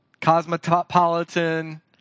Cosmopolitan